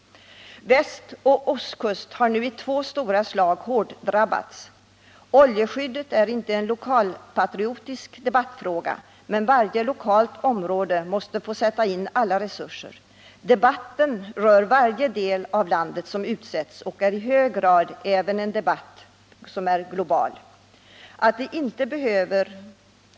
Västoch ostkust har nu båda på en gång hårt drabbats. Frågan om oljeskyddet är inte en debattfråga för lokalpatriotiska känslor, men varje lokalt område måste få sätta in alla resurser. Debatten rör varje del av landet som drabbas, men det är också i hög grad en global debatt.